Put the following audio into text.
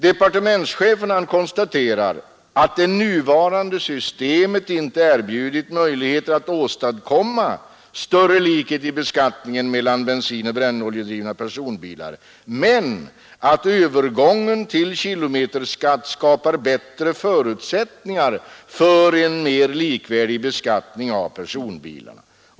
Departementschefen konstaterar att det nuvarande systemet inte erbjudit möjligheter att åstadkomma större likhet i beskattningen mellan bensinoch brännoljedrivna personbilar, men att övergången till kilometerskatt skapar bättre förutsättningar för en mer likvärdig beskattning av personbilarna.